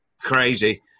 crazy